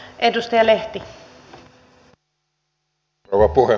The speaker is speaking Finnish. arvoisa rouva puhemies